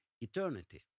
eternity